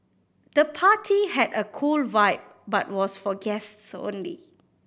the party had a cool vibe but was for guests only